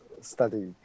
Study